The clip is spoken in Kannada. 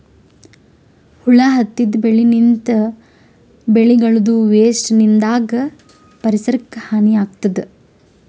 ಹುಳ ಹತ್ತಿದ್ ಬೆಳಿನಿಂತ್, ಬೆಳಿಗಳದೂ ವೇಸ್ಟ್ ನಿಂದಾಗ್ ಪರಿಸರಕ್ಕ್ ಹಾನಿ ಆಗ್ತದ್